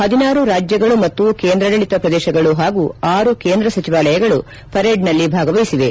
ಹದಿನಾರು ರಾಜ್ಯಗಳು ಮತ್ತು ಕೇಂದ್ರಾದಳಿತ ಪ್ರದೇಶಗಳು ಹಾಗೂ ಆರು ಕೇಂದ ಸಚಿವಾಲಯಗಳು ಪೆರೇಡ್ ನಲ್ಲಿ ಭಾಗವಹಿಸಿವೆ